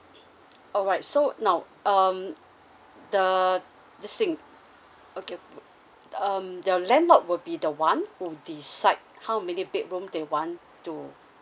alright so now um the the sink okay um the landlord will be the one who decide how many bedrooms they want to